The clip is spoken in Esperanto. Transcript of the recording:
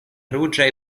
ruĝaj